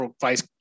vice